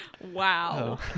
Wow